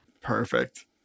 Perfect